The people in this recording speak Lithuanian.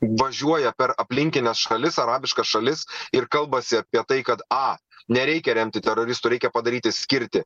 važiuoja per aplinkines šalis arabiška šalis ir kalbasi apie tai kad a nereikia remti teroristų reikia padaryti skirti